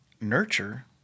nurture